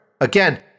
Again